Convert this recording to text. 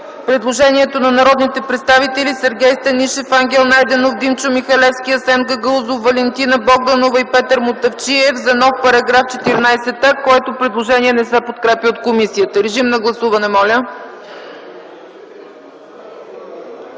предложението на народните представители Сергей Станишев, Ангел Найденов, Димчо Михалевски, Асен Гагаузов, Валентина Богданова и Петър Мутафчиев за нов § 14а, което не се подкрепя от комисията. Гласували